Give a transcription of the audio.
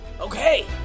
Okay